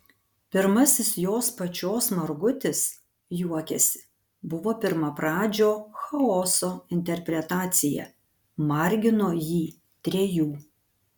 pirmasis jos pačios margutis juokiasi buvo pirmapradžio chaoso interpretacija margino jį trejų